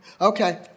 Okay